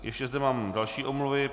Ještě zde mám další omluvy.